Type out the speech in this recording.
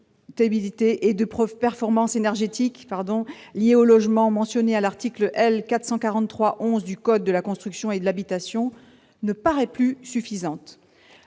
et de performance énergétique liée au logement mentionnée à l'article L. 443-11 du code de la construction et de l'habitation ne paraît plus suffisante.